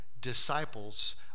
disciples